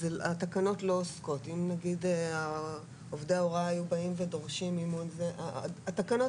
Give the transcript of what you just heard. אם עובדי ההוראה היו דורשים מימון התקנות